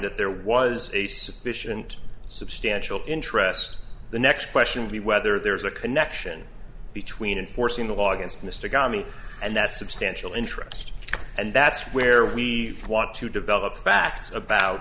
that there was a sufficient substantial interest the next question be whether there's a connection between enforcing the law against mr ghani and that substantial interest and that's where we want to develop facts about